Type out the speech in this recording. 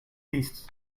beasts